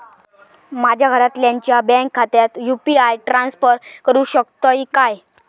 माझ्या घरातल्याच्या बँक खात्यात यू.पी.आय ट्रान्स्फर करुक शकतय काय?